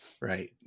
Right